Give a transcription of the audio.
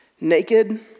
Naked